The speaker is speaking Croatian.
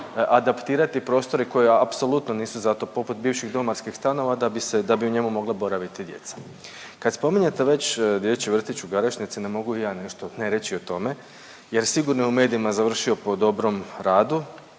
adaptirati prostori koji apsolutno nisu za to poput bivših domarskih stanova da bi u njemu mogla boraviti djeca. Kad spominjete već dječji vrtić u Garešnici ne mogu i ja nešto ne reći o tome, jer sigurno je u medijima završio po dobrom radu.